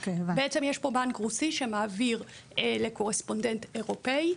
בעצם יש פה בנק רוסי שמעביר לקורספונדנט אירופאי,